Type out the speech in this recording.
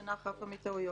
אינה חפה מטעויות.